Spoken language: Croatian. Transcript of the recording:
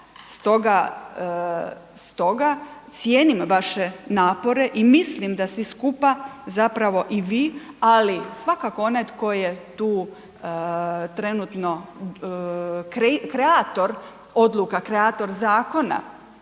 Stoga cijenim vaše napore i mislim da svi skupa, zapravo i vi ali svakako onaj tko je tu trenutno kreator odluka, kreator zakona,